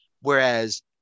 whereas